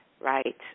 Right